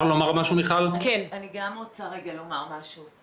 אני גם רוצה לומר משהו.